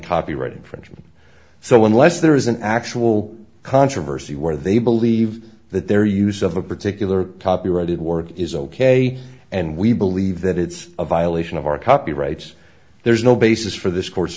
copyright infringement so unless there is an actual controversy where they believe that their use of a particular copyrighted work is ok and we believe that it's a violation of our copyrights there's no basis for this cour